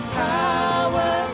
power